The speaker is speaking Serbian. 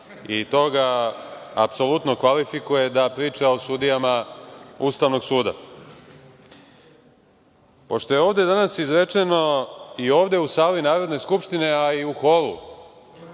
i to ga apsolutno kvalifikuje da priča o sudijama Ustavnog suda. Pošto je ovde danas izrečeno, i ovde u sali Narodne skupštine, a i u holu